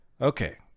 Okay